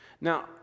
Now